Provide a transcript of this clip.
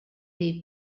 dei